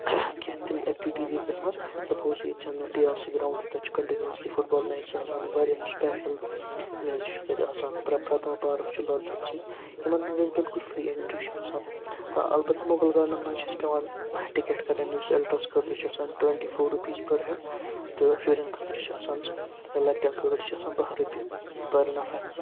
کینٛہہ تِم ایٚکٹِوِٹیٖز ییٚتہِ گژھان سَپوز ییٚتہِ ٹی آر سی گرٛاوُنٛڈ چھُ تَتہِ چھُ کَنٹِنیوٗسلی فُٹ بال میچٕز آسان واریاہ سُپیشَل میچِز چھُ تَتہِ آسان پرٛ پرٛتاب پارَک چھُ لال چوکَس منٛز یِمَن مَنٛز اَسہِ بِلکُل فرٛی اٮ۪نٹرٛی چھِ آسان تہٕ اَلبتہ مُغل گاڈنَن مَنٛز چھِ اَسہِ پٮ۪وان ٹِکٮ۪ٹ کَڑٕنۍ یُس ایلٹرٛٮ۪س خٲطرٕ چھُ آسان twenty four rupees per head تہٕ شُرٮ۪ن خٲطرٕ چھُ آسان یا لۄکٹن خٲطرٕ چھِ آسان بَہہ رۄپیہِ پٔر نَفَر